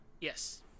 Yes